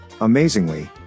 amazingly